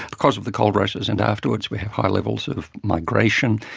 because of the gold rushes and afterwards we have high levels of migration,